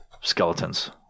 skeletons